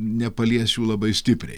nepalies jų labai stipriai